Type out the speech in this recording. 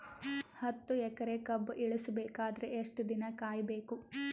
ಹತ್ತು ಎಕರೆ ಕಬ್ಬ ಇಳಿಸ ಬೇಕಾದರ ಎಷ್ಟು ದಿನ ಕಾಯಿ ಬೇಕು?